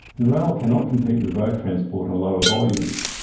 and rail cannot compete with road transport on lower volumes.